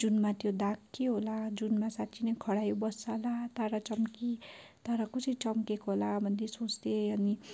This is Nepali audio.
जुनमा त्यो दाग के होला जुनमा साँच्ची नै खरायो बस्छ होला तारा चम्की तारा कसरी चम्केको होला भन्दै सोच्थेँ अनि